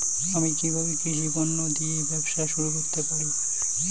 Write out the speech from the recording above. আমি কিভাবে কৃষি পণ্য দিয়ে ব্যবসা শুরু করতে পারি?